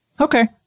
Okay